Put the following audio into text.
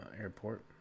Airport